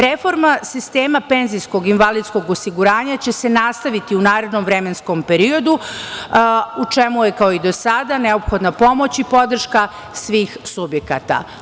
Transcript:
Reforma sistema penzijskog i invalidskog osiguranja će se nastaviti u narednom vremensko periodu, u čemu je, kao i do sada, neophodna pomoć i podrška svih subjekata.